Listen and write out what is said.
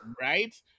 right